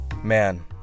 Man